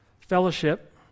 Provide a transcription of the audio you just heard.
fellowship